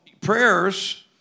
prayers